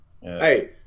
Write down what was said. Hey